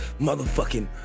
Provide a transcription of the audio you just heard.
motherfucking